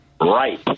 Right